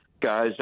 guys